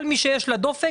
כל מי שיש לה דופק,